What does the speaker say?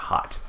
Hot